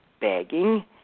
begging